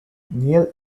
neal